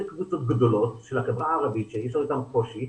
קבוצות גדולות של החברה הערבית שיש לנו איתם קושי,